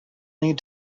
need